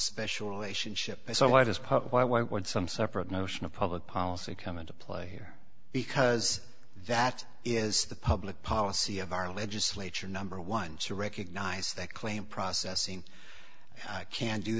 special relationship so why does pope why why would some separate notion of public policy come into play here because that is the public policy of our legislature number one to recognize they claim processing can do